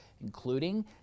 including